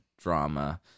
drama